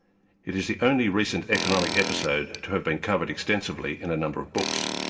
it is the only recent economic episode to have been covered extensively in a number of books.